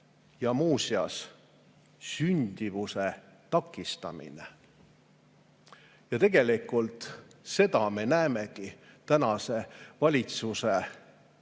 ja muuseas – sündimuse takistamine. Ja tegelikult seda me näemegi tänase valitsuse